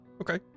okay